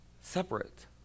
separate